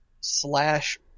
slash